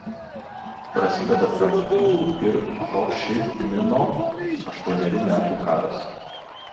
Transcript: prasideda prancūzų ir ho ši mino aštuonerių metų karas